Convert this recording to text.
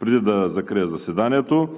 Преди да закрия заседанието,